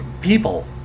people